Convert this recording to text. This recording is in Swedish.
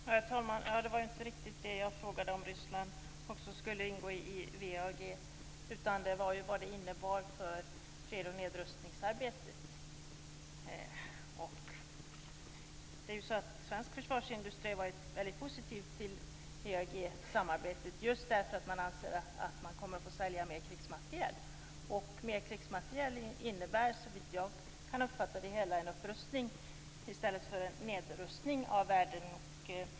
Herr talman! Jag frågade inte om Ryssland också skulle ingå i WEAG, utan jag frågade vad det innebar för freds och nedrustningsarbetet. Svensk försvarsindustri har varit mycket positiv till WEAG-samarbetet därför att den anser att den kommer att få sälja mer krigsmateriel. Mer krigsmateriel innebär såvitt jag kan uppfatta det hela en upprustning i stället för en nedrustning i världen.